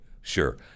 sure